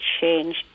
change